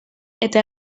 eta